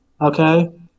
Okay